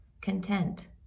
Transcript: content